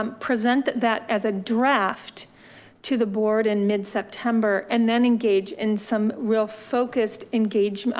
um present that that as a draft to the board in mid-september, and then engage in some real focused engaged,